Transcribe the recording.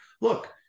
look